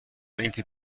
اینکه